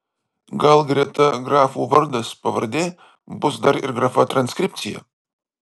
gal greta grafų vardas pavardė bus dar ir grafa transkripcija